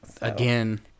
Again